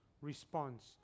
response